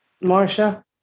Marcia